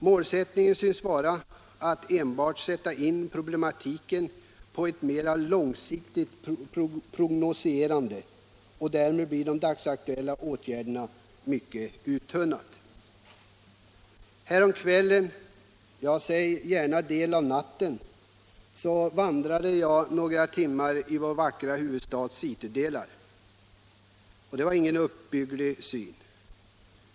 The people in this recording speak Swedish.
Målsättningen synes enbart vara att sätta in problematiken i ect mera långsiktigt prognostiserande. Därmed blir de dagsaktuella åtgärderna mycket uttunnade. Jag vandrade nyligen under några kvälls och nattimmar i vår vackra huvudstads citydelar. Det var ingen uppbygglig syn.